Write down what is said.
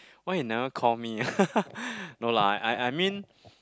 why you never call me ah no lah I I mean